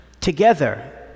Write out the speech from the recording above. Together